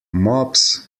mops